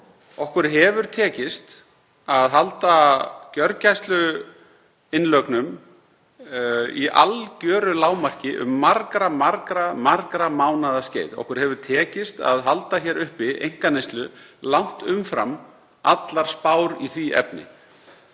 Okkur hefur tekist að halda gjörgæsluinnlögnum í algeru lágmarki um margra, margra mánaða skeið. Okkur hefur tekist að halda uppi einkaneyslu langt umfram allar spár í því efni.